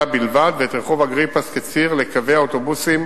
בלבד ואת רחוב אגריפס כציר לקווי האוטובוסים